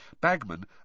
Bagman